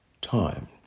time